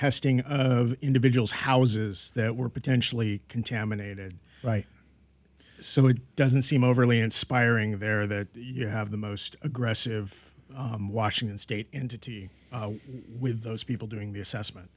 testing of individuals houses that were potentially contaminated right so it doesn't seem overly inspiring there that you have the most aggressive washington state entity with those people doing the assessment